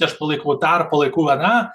aš palaikau tą ar palaikau aną